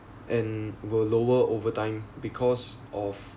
and were lower over time because of